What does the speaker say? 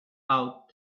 out